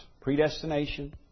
predestination